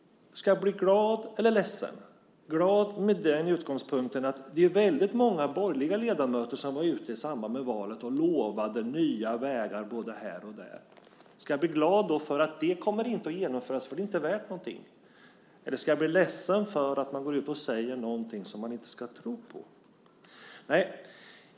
Ska jag bli glad eller ledsen? Ska jag bli glad med den utgångspunkten att det är väldigt många borgerliga ledamöter som var ute i samband med valet och lovade nya vägar både här och där? Ska jag bli glad för att det inte kommer att genomföras för att det inte är värt någonting? Eller ska jag bli ledsen för att man går ut och säger någonting som man inte ska tro på?